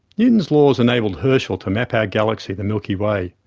newtown's laws enabled herschell to map our galaxy, the milky way.